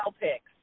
picks